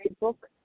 Book